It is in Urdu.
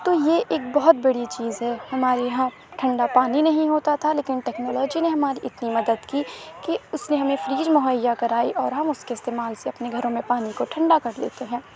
تو یہ ایک بہت بڑی چیز ہے ہمارے یہاں ٹھنڈا پانی نہیں ہوتا تھا لیکن ٹیکنالوجی نے ہماری اتنی مدد کی کہ اس نے ہمیں فریج مہیا کرائی اور ہم اس کے استعمال سے اپنے گھروں میں پانی کو ٹھنڈا کر لیتے ہیں